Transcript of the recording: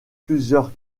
plusieurs